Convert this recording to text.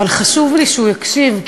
וחשוב לי שהוא יקשיב.